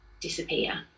disappear